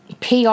PR